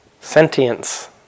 Sentience